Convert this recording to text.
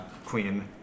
queen